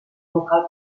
local